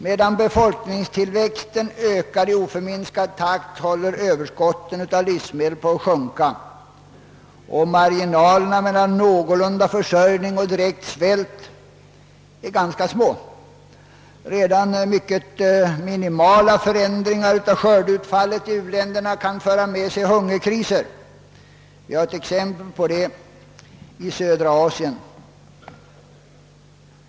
Medan befolkningen ökar i oförminskad takt håller överskotten av livsmedel på att sjunka, och marginalerna mellan någorlunda tillräcklig försörjning och direkt svält är ganska små. Redan minimala förändringar i skördeutfallet i u-länderna kan föra med sig hungerkriser — vi har sett exempel på det i södra Asien.